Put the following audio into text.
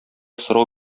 сорау